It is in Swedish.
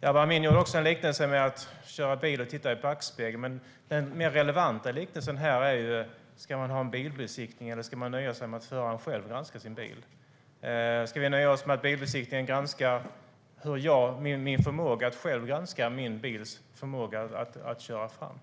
Jabar Amin gjorde en liknelse med att köra bil och titta i backspegeln. Men den mer relevanta liknelsen är: Ska man ha en bilbesiktning, eller ska man nöja sig med att föraren själv granskar sin bil? Ska vi nöja oss med att bilbesiktningen granskar min förmåga att själv granska min bil?